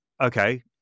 okay